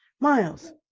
miles